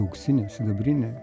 auksinė sidabrinė